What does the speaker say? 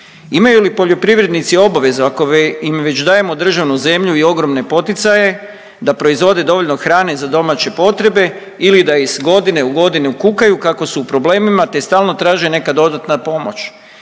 Imaju li poljoprivrednici obaveza ako im već dajemo državnu zemlju i ogromne poticaje da proizvode dovoljno hrane za domaće potrebe ili da iz godine u godinu kukaju kako su u problemima, te stalno traže neka dodatna pomoć.